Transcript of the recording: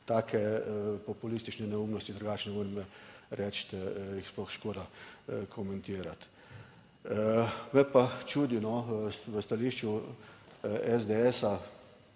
Take populistične neumnosti drugače ne morem reči, da je sploh škoda komentirati. Me pa čudi, no, v stališču SDS,